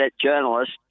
journalist